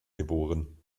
geboren